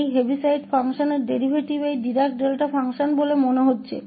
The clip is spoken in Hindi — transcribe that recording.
तो इस हेविसाइड फ़ंक्शन का डेरीवेटिव यह डिराक डेल्टा फ़ंक्शन प्रतीत होता है